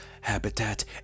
habitat